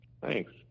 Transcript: Thanks